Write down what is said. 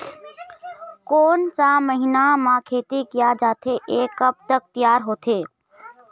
कोन सा महीना मा खेती किया जाथे ये कब तक तियार होथे?